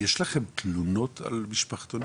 יש לכם תלונות על משפחתונים?